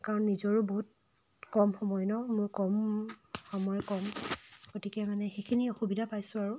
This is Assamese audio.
কাৰণ নিজৰো বহুত কম সময় ন মোৰ কম সময় কম গতিকে মানে সেইখিনি অসুবিধা পাইছোঁ আৰু